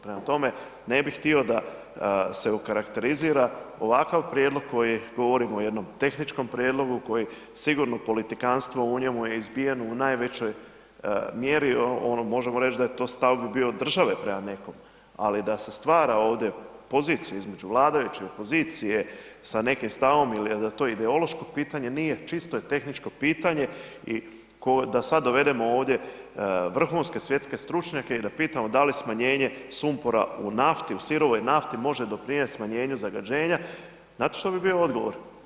Prema tome, ne bi htio da se okarakterizira ovakav prijedlog koji govorimo o jednom tehničkom prijedlogu koji sigurno politikanstvo u njemu je izbijeno u najvećoj mjeri, ono možemo reći da je to u stavu bio države prema nekome ali da se stvara ovdje pozicija između vladajućih i opozicije sa nekim stavom ili da je to ideološko pitanje, nije, čisto je tehničko pitanje i kao da sad dovedemo ovdje vrhunske svjetske stručnjake i da pitamo da li smanjenje sumpora u nafti, u sirovoj nafti može doprinijeti smanjenju zagađenja, znate što bi bio odgovor?